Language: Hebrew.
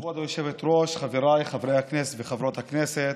כבוד היושבת-ראש, חבריי חברי הכנסת וחברות הכנסת,